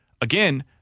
Again